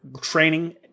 training